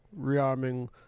rearming